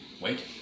wait